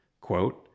Quote